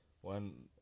one